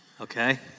Okay